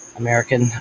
american